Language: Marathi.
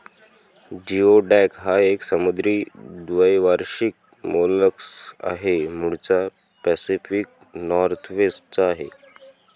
जिओडॅक हा एक समुद्री द्वैवार्षिक मोलस्क आहे, मूळचा पॅसिफिक नॉर्थवेस्ट चा आहे